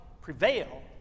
prevail